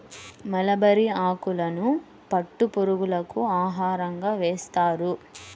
mulberry ఆకులను పట్టు పురుగులకు ఆహారంగా వేస్తారు